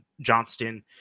Johnston